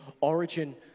origin